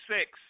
six